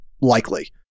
Likely